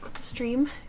stream